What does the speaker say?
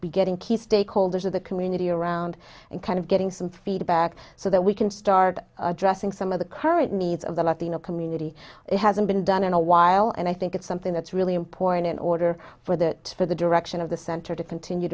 be getting key stakeholders of the community around and kind of getting some feedback so that we can start addressing some of the current needs of the latino community it hasn't been done in a while and i think it's something that's really important in order for that for the direction of the center to continue